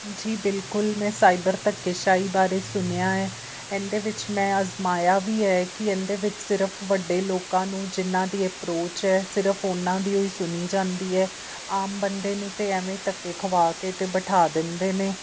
ਜੀ ਬਿਲਕੁਲ ਮੈਂ ਸਾਈਬਰ ਧੱਕੇਸ਼ਾਹੀ ਬਾਰੇ ਸੁਣਿਆ ਆ ਇਹਦੇ ਵਿੱਚ ਮੈਂ ਅਜ਼ਮਾਇਆ ਵੀ ਹੈ ਕਿ ਇਹਦੇ ਵਿੱਚ ਸਿਰਫ ਵੱਡੇ ਲੋਕਾਂ ਨੂੰ ਜਿਨ੍ਹਾਂ ਦੀ ਅਪਰੋਚ ਆ ਸਿਰਫ ਉਹਨਾਂ ਦੀ ਓ ਹੀ ਸੁਣੀ ਜਾਂਦੀ ਹੈ ਆਮ ਬੰਦੇ ਨੂੰ ਤਾਂ ਐਵੇਂ ਧੱਕੇ ਖਵਾ ਕੇ ਅਤੇ ਬਿਠਾ ਦਿੰਦੇ ਨੇ